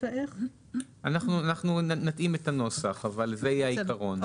אנחנו נתאים את הנוסח אבל זה יהיה העיקרון.